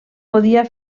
podia